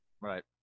Right